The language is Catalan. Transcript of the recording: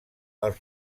els